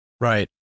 Right